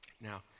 now